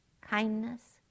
kindness